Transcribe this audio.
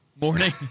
Morning